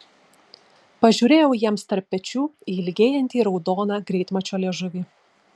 pažiūrėjau jiems tarp pečių į ilgėjantį raudoną greitmačio liežuvį